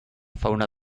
fauna